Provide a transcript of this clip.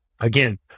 Again